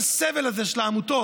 של העמותות,